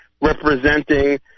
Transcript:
representing